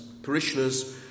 parishioners